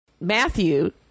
matthew